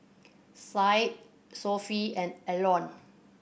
Said Sofea and Aaron